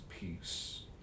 peace